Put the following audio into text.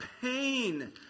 pain